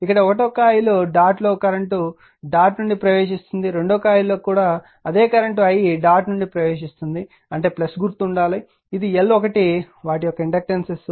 ఇక్కడ ఈ 1 వ కాయిల్ డాట్ లో కరెంట్ డాట్ నుండి ప్రవేశిస్తుంది 2 వ కాయిల్లో కూడా అదే కరెంట్ i డాట్ నుండి ప్రవేశిస్తుంది అంటే గుర్తు ఉండాలి ఇది L1 వాటి యొక్క ఇండక్టెన్సెస్